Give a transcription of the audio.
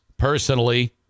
Personally